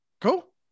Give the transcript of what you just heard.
Cool